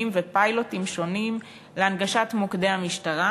ופיילוטים שונים להנגשת מוקדי המשטרה.